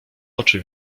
oczy